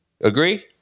Agree